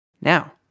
Now